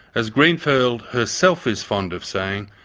as greenfield herself is fond of saying,